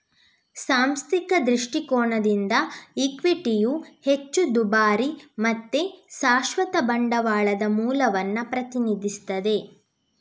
ಸಾಂಸ್ಥಿಕ ದೃಷ್ಟಿಕೋನದಿಂದ ಇಕ್ವಿಟಿಯು ಹೆಚ್ಚು ದುಬಾರಿ ಮತ್ತೆ ಶಾಶ್ವತ ಬಂಡವಾಳದ ಮೂಲವನ್ನ ಪ್ರತಿನಿಧಿಸ್ತದೆ